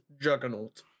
Juggernaut